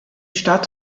staats